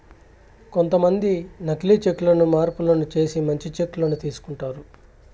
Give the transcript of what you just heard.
కొంతమంది నకీలి చెక్ లను మార్పులు చేసి మంచి చెక్ ను తీసుకుంటారు